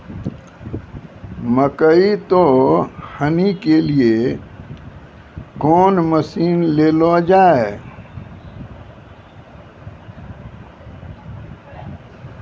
मकई तो हनी के लिए कौन मसीन ले लो जाए?